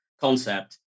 concept